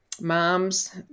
moms